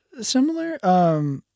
similar